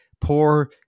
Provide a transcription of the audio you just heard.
poor